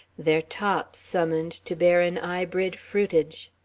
their tops summoned to bear an hybrid fruitage.